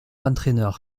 entraîneurs